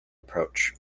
approach